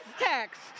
text